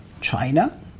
China